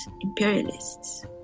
imperialists